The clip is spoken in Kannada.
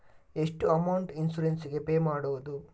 ಎಷ್ಟು ಅಮೌಂಟ್ ಇನ್ಸೂರೆನ್ಸ್ ಗೇ ಪೇ ಮಾಡುವುದು?